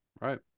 Right